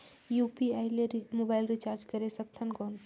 UPI ले mobile recharge करे सकथन कौन?